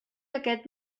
aquest